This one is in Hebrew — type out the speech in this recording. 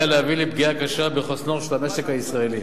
להביא לפגיעה קשה בחוסנו של המשק הישראלי.